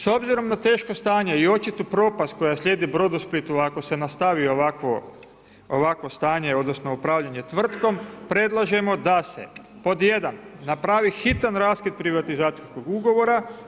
S obzirom na teško stanje i očitu propast koja slijedi Brodosplitu ako se nastavi ovakvo stanje, odnosno upravljanje tvrtkom predlažemo da se pod jedan napravi hitan raskid privatizacijskog ugovora.